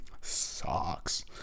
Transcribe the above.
sucks